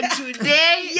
today